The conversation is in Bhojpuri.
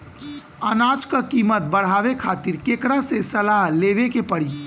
अनाज क कीमत बढ़ावे खातिर केकरा से सलाह लेवे के पड़ी?